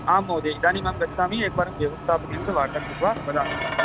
आम् महोदय इदानीम् अहं गच्छामि एकवारं व्यवस्थापकेन सह वार्ता कृत्वा वदामि इदानीम्